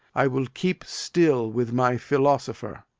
i will keep still with my philosopher.